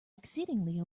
exceedingly